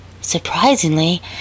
Surprisingly